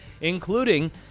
including